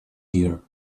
here